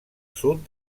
sud